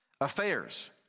Affairs